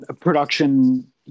production